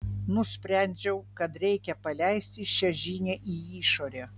nusprendžiau kad reikia paleisti šią žinią į išorę